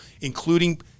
including